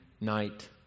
night